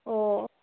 অঁ